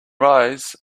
rise